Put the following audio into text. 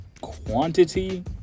quantity